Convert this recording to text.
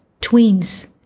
twins